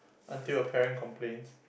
until a parent complained